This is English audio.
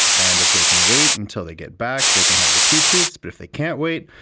and if they can wait until they get back they can have the two treats but if they can't wait,